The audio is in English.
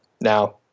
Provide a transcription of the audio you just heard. Now